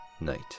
night